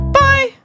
bye